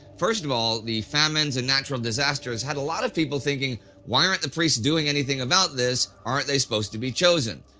first of all, the famines and natural disasters had a lot of people thinking why aren't the priests doing anything about this? aren't they supposed to be chosen?